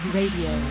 Radio